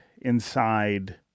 inside